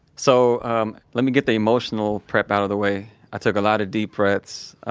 so, um, let me get the emotional prep out of the way. i took a lot of deep breaths.